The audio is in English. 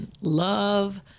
Love